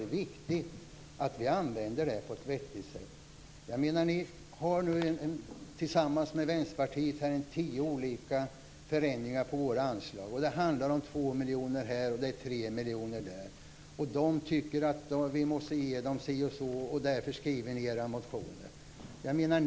Det är viktigt att vi använder varje krona på ett vettigt sätt. Ni har tillsammans med Vänsterpartiet ungefär tio olika förslag om förändringar av våra anslag. Det handlar om 2 miljoner här och 3 miljoner där. De tycker att ni måste ge dem si och så mycket, och därför skriver ni era motioner.